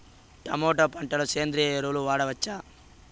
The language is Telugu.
టమోటా పంట లో సేంద్రియ ఎరువులు వాడవచ్చా?